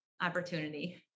Opportunity